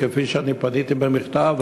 כפי שאני פניתי במכתב,